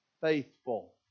faithful